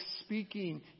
speaking